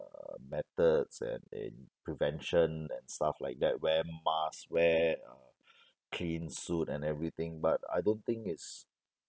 uh methods and and prevention and stuff like that wear masks wear uh clean suit and everything but I don't think it's